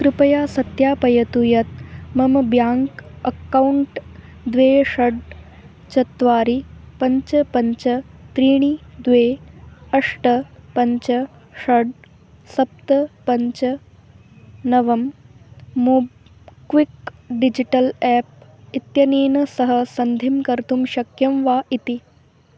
कृपया सत्यापयतु यत् मम ब्याङ्क् अक्कौण्ट् द्वे षड् चत्वारि पञ्च पञ्च त्रीणि द्वे अष्ट पञ्च षड् सप्त पञ्च नवं मोब्क्विक् डिजिटल् एप् इत्यनेन सह सन्धिं कर्तुं शक्यं वा इति